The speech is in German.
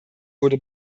wurde